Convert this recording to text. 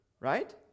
right